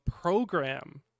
program